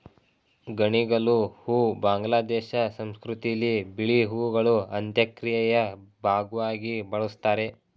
ಗಣಿಗಲು ಹೂ ಬಾಂಗ್ಲಾದೇಶ ಸಂಸ್ಕೃತಿಲಿ ಬಿಳಿ ಹೂಗಳು ಅಂತ್ಯಕ್ರಿಯೆಯ ಭಾಗ್ವಾಗಿ ಬಳುಸ್ತಾರೆ